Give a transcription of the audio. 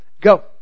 Go